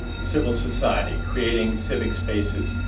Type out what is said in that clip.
civil society, creating civic spaces,